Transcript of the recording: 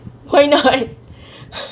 why not